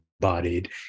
Bodied